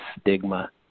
stigma